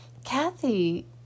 kathy